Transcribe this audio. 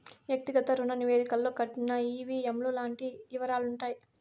వ్యక్తిగత రుణ నివేదికలో కట్టిన ఈ.వీ.ఎం లు లాంటి యివరాలుంటాయి